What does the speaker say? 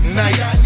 nice